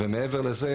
מעבר לזה,